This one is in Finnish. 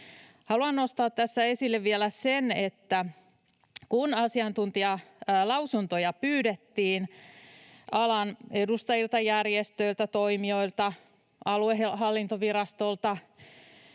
Haluan nostaa tässä esille vielä sen, että kun asiantuntijalausuntoja pyydettiin alan edustajilta, järjestöiltä, toimijoilta, aluehallintovirastolta